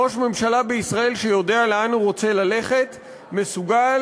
ראש ממשלה בישראל שיודע לאן הוא רוצה ללכת מסוגל,